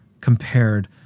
compared